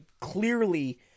clearly